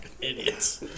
idiots